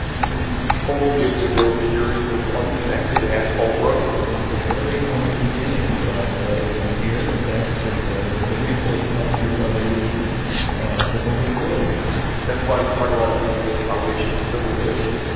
you would only be able to build a series of unconnected asphalt roads it's a very humble beginning, but it was from here in san francisco that the reinforced concrete revolution took over the world that's why we talk about it being the foundation of civilization.